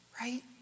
right